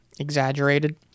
exaggerated